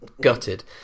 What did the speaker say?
Gutted